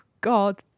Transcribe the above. God